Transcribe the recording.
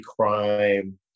crime